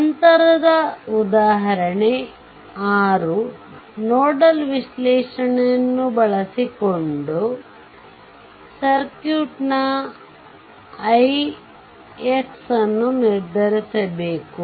ನಂತರ ಉದಾಹರಣೆ 6 ನೋಡಲ್ ವಿಶ್ಲೇಷಣೆಯನ್ನು ಬಳಸಿ ಸರ್ಕ್ಯೂಟ್ನ ix ಅನ್ನು ನಿರ್ಧರಿಸಬೇಕು